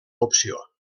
opció